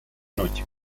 noche